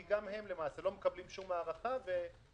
כי גם הם לא מקבלים שום הארכה ויגיעו